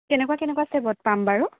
কেনেকুৱা কেনেকুৱা চেপত পাম বাৰু